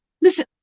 Listen